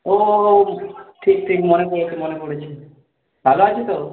ও ঠিক ঠিক মনে পড়েছে মনে পড়েছে ভালো আছ তো